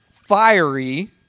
fiery